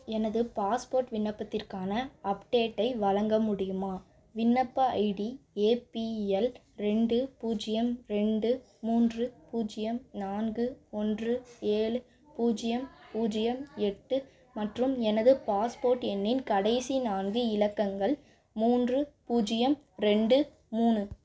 எனது பாஸ்போர்ட் விண்ணப்பத்திற்கான அப்டேட்டை வழங்க முடியுமா விண்ணப்ப ஐடி ஏ பி எல் ரெண்டு பூஜ்ஜியம் ரெண்டு மூன்று பூஜ்ஜியம் நான்கு ஒன்று ஏழு பூஜ்ஜியம் பூஜ்ஜியம் எட்டு மற்றும் எனது பாஸ்போர்ட் எண்ணின் கடைசி நான்கு இலக்கங்கள் மூன்று பூஜ்ஜியம் ரெண்டு மூணு